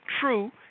true